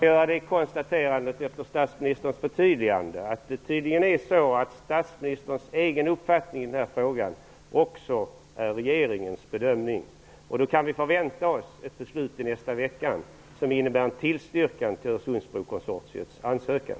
Herr talman! Efter statsministerns förtydligande vill jag bara göra det konstaterandet att statsministerns egen uppfattning i denna fråga uppenbarligen är också regeringens bedömning. Då kan vi förvänta oss ett beslut i nästa vecka som innebär en tillstyrkan av brokonsortiets ansökan.